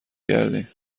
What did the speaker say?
کردیم